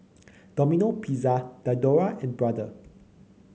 Domino Pizza Diadora and Brother